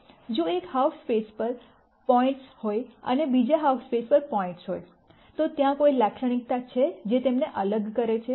જો એક half space પર પોઇન્ટ્સ હોઈ અને બીજા હાલ્ફ સ્પેસ પર પોઇન્ટ્સ હોઈ તો ત્યાં કોઈ લાક્ષણિકતા છે જે તેમને અલગ કરે છે